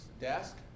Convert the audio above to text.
desk